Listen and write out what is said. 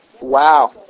Wow